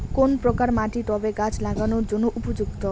কোন প্রকার মাটি টবে গাছ লাগানোর জন্য উপযুক্ত?